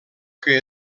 què